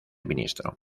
ministro